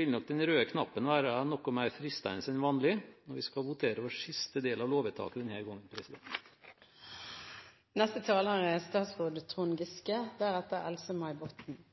vil nok den røde knappen være noe mer fristende enn vanlig når vi skal votere over siste del av lovvedtaket denne gangen. Utkastet til skipsarbeidslov skal erstatte den